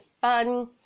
fun